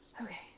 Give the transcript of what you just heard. Okay